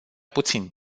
puțin